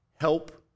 Help